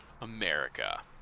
America